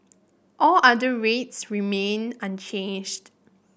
all other rates remain unchanged